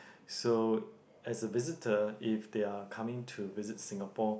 so as a visitor if they are coming to visit Singapore